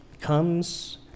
comes